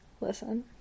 Listen